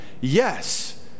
yes